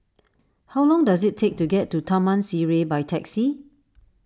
how long does it take to get to Taman Sireh by taxi